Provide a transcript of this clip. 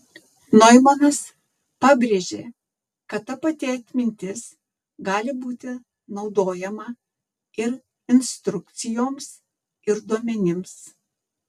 noimanas pabrėžė kad ta pati atmintis gali būti naudojama ir instrukcijoms ir duomenims